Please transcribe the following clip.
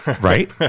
Right